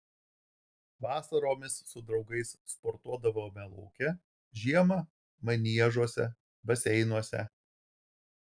vasaromis su draugais sportuodavome lauke žiemą maniežuose baseinuose